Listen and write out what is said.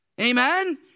Amen